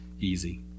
easy